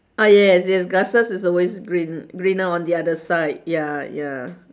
ah yes yes grasses is always green greener on the other side ya ya